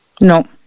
no